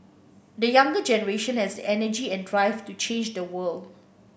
the younger generation has the energy and drive to change the world